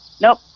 nope